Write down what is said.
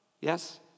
Yes